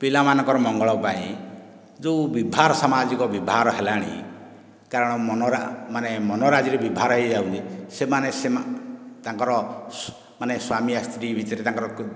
ପିଲାମାନଙ୍କର ମଙ୍ଗଳ ପାଇଁ ଯେଉଁ ବିଭାଘର ସାମାଜିକ ବିଭାଘର ହେଲାଣି ମାନେ ମନର ଆଜିର ବିଭାଘର ହୋଇଯାଉଛି ସେମାନେ ସେମାନେ ତାଙ୍କର ମାନେ ସ୍ୱାମୀ ଆଉ ସ୍ତ୍ରୀ ଭିତରେ ତାଙ୍କର